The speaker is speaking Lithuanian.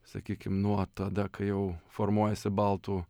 sakykim nuo tada kai jau formuojasi baltų